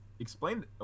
Explain